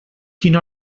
quina